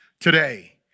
today